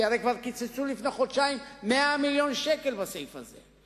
כי הרי כבר קיצצו לפני חודשיים 100 מיליון שקל בסעיף הזה.